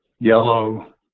yellow